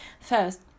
First